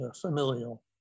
familial